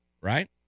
right